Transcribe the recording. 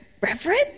reverend